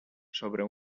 sobre